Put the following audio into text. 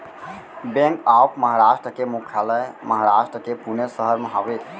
bank of Maharashtra के मुख्यालय महारास्ट के पुने सहर म हवय